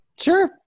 sure